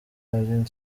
alyn